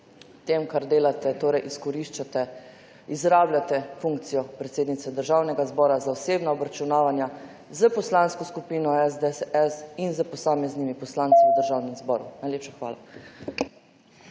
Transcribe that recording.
tem, kar delate, izkoriščate, izrabljate funkcijo predsednice Državnega zbora za osebna obračunavanja s Poslansko skupino SDS in s posameznimi poslanci v Državnem zboru. Najlepša hvala.